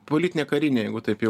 politinė karinė jeigu taip jau